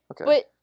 Okay